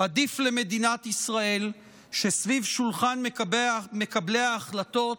עדיף למדינת ישראל שסביב שולחן מקבלי ההחלטות